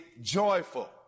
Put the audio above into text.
joyful